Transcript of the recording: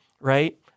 right